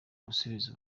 gusubiza